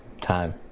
time